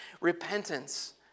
repentance